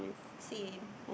seen